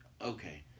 okay